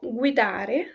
guidare